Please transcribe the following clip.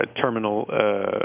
terminal